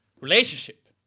relationship